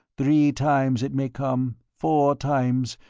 three times it may come, four times,